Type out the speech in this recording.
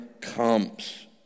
comes